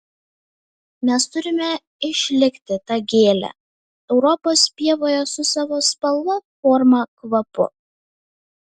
mes turime išlikti ta gėle europos pievoje su savo spalva forma kvapu